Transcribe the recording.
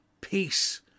peace